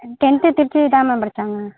tenth திருச்சியில் தான் ma'am படிச்சாங்க